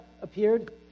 appeared